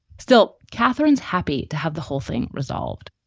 still, catherine's happy to have the whole thing resolved,